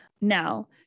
Now